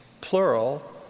plural